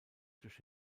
durch